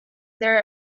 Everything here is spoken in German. der